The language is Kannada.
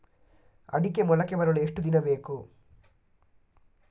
ಅಡಿಕೆ ಮೊಳಕೆ ಬರಲು ಎಷ್ಟು ದಿನ ಬೇಕು?